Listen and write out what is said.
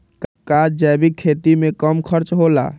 का जैविक खेती में कम खर्च होला?